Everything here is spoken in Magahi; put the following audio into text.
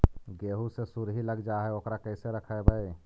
गेहू मे सुरही लग जाय है ओकरा कैसे रखबइ?